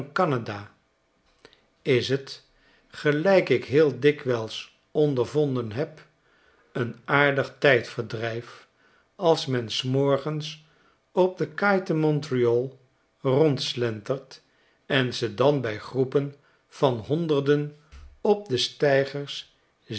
ondervonden heb een aardig tijdverdrijf als men s morgens op de kaai te montreal rondslentert en ze dan bij groepen van honderden op de steigers